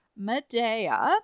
Medea